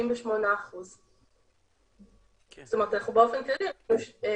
38%. זאת אומרת באופן כללי רואים שיש